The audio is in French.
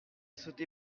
sauté